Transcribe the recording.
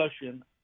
discussion